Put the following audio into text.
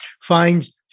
finds